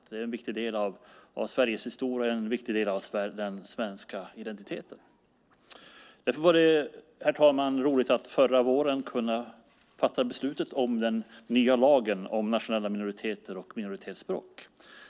Det är en viktig del av Sveriges historia och en viktig del av den svenska identiteten. Därför var det, herr talman, roligt att förra våren kunna fatta beslutet om den nya lagen om nationella minoriteter och minoritetsspråk.